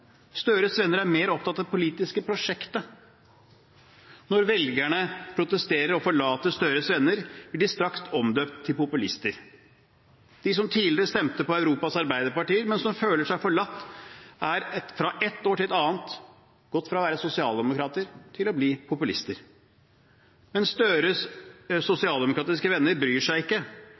Støre er sint på, er hans tidligere velgere – velgere som har gitt opp sosialdemokratiet. De har forlatt Gahr Støres politiske venner fordi Gahr Støres venner har sluttet å bry seg. Gahr Støres venner er mer opptatt av det politiske prosjektet. Når velgerne protesterer og forlater Gahr Støres venner, blir de straks omdøpt til populister. De som tidligere stemte på Europas arbeiderpartier, men som føler seg forlatt, er